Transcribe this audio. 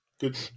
Good